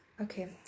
okay